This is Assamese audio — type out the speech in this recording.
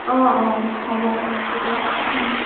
অঁ অঁ হ'ব বাৰু ঠিকে